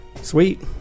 Sweet